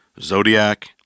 Zodiac